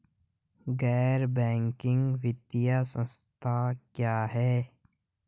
गैर बैंकिंग वित्तीय संस्था क्या है?